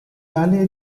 aller